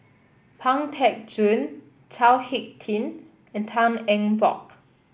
Pang Teck Joon Chao HicK Tin and Tan Eng Bock